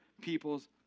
people's